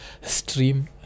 stream